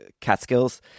catskills